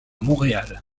montréal